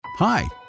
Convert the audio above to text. Hi